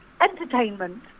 entertainment